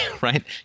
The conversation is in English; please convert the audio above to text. right